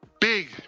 big